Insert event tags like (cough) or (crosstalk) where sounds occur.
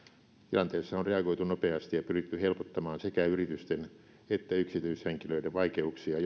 tilanteessa on reagoitu nopeasti ja pyritty helpottamaan sekä yritysten että yksityishenkilöiden vaikeuksia (unintelligible)